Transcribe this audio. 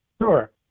Sure